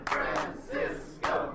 Francisco